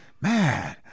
man